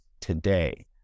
today